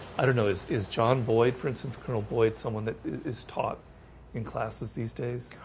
i don't know. this is john boyd for instance colonel boyd someone that is taught in classes these days.